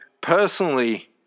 personally –